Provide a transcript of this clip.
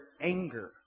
anger